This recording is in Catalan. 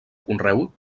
conreu